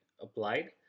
applied